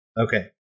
Okay